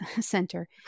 center